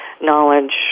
knowledge